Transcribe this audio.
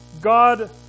God